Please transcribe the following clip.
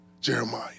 Jeremiah